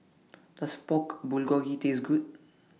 Does Pork Bulgogi Taste Good